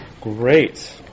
Great